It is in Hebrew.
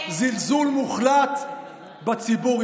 זלזול מוחלט בציבור.